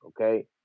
okay